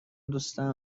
دوستمو